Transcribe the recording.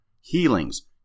healings